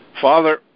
Father